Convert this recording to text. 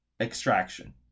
Extraction